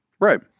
Right